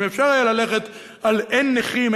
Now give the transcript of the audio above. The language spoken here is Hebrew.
אם אפשר היה ללכת על אין נכים,